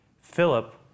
Philip